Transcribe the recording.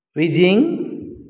Beijing